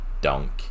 dunk